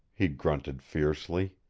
he grunted fiercely.